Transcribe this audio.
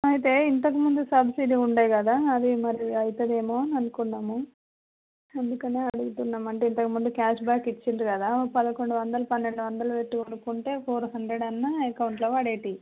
అయితే ఇంతకుముందు సబ్సిడీ ఉండే కదా అది మరి అవుతుందేమో అనుకున్నాము అందుకనే అడుగుతున్నాం అంటే ఇంతకుముందు క్యాష్బ్యాక్ ఇచ్చిన్నారు కదా పదకొండు వందలు పన్నెండు వందలు పెట్టి కొనుకుంటే ఫోర్ హండ్రెడ్ అన్నా అకౌంట్లొ పడేటివి